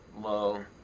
low